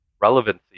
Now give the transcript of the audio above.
relevancy